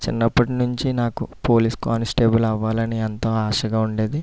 చిన్నప్పటి నుంచి నాకు పోలీస్ కానిస్టేబుల్ అవ్వాలని ఎంతో ఆశగా ఉండేది